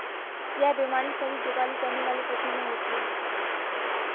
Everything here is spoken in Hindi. यह बीमारी सभी जुगाली करने वाले पशुओं में होती है